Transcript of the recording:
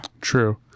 True